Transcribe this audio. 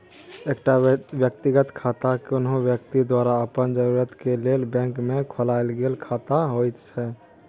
एकटा व्यक्तिगत खाता कुनु व्यक्ति द्वारा अपन जरूरत के लेल बैंक में खोलायल गेल खाता होइत छै